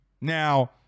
Now